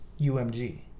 umg